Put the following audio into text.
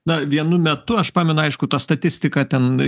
na vienu metu aš pamenu aišku ta statistika ten